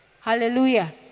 Hallelujah